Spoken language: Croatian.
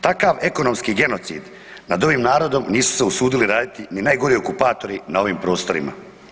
Takav ekonomski genocid nad ovim narodom nisu se usudili raditi ni najgori okupatori na ovim prostorima.